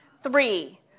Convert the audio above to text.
Three